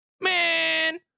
Man